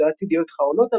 הוצאת ידיעות אחרונות,